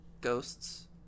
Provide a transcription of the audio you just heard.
Ghosts